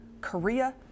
Korea